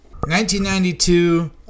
1992